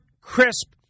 crisp